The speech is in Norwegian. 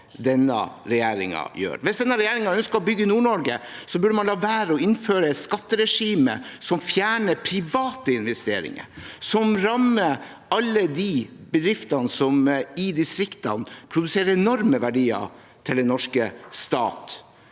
Hvis denne regjeringen ønsker å bygge Nord-Norge, burde man la være å innføre et skatteregime som fjerner private investeringer, som rammer alle de bedriftene som i distriktene produserer enorme verdier til den norske stat